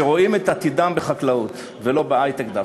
שרואים את עתידם בחקלאות, ולא בהיי-טק דווקא.